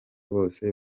bose